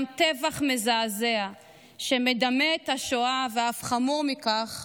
גם טבח מזעזע שמדמה את השואה, ואף חמור מכך,